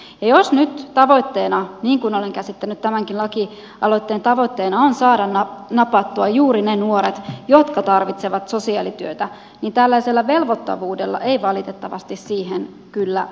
ja jos nyt tavoitteena niin kuin olen käsittänyt tämänkin lakialoitteen tavoitteen on saada napattua juuri ne nuoret jotka tarvitsevat sosiaalityötä niin tällaisella velvoittavuudella ei valitettavasti siihen kyllä vastata